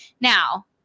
Now